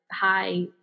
high